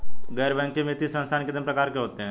गैर बैंकिंग वित्तीय संस्थान कितने प्रकार के होते हैं?